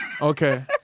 Okay